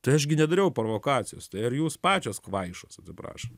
tai aš gi nedariau provokacijos tai ar jūs pačios kvaišos atsiprašant